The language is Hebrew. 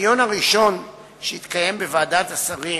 בדיון הראשון שהתקיים בוועדת השרים